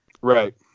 Right